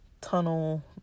tunnel